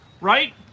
Right